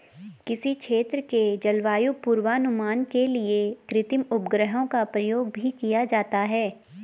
किसी क्षेत्र के जलवायु पूर्वानुमान के लिए कृत्रिम उपग्रहों का प्रयोग भी किया जाता है